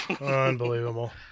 unbelievable